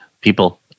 people